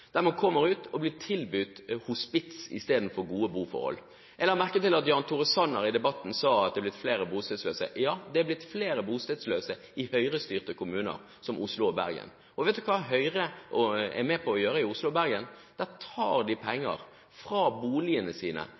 der man kommer ut og blir tilbudt hospits istedenfor gode boforhold. Jeg la merke til at Jan Tore Sanner i debatten sa at det er blitt flere bostedsløse. Ja, det er blitt flere bostedsløse i Høyre-styrte kommuner som Oslo og Bergen. Og vet du hva Høyre er med på å gjøre i Oslo og Bergen? Der tar de penger fra boligene sine,